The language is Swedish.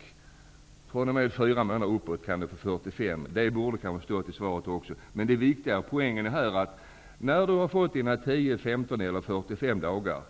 Sitter man längre än fyra månader, kan man få 45 till dagar. Det borde ha stått i svaret. Men poängen är att när man fått sina 10, 15 eller 45 dagar